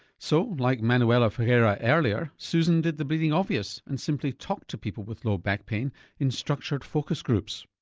so like manuela ferreira earlier susan did the bleeding obvious and simply talked to people with low back pain in structured focus groups.